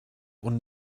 und